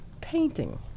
Painting